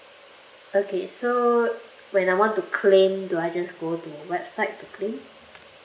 okay so when I want to claim do I just go to website to claim